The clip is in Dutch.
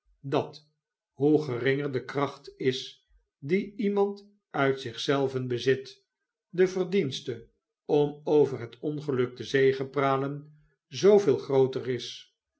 dat hoe geringer de kracht is die iemand uit zich zelven bezit de verdienste om over het ongeluk te zegepralen zooveel grooter is